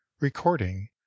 Recording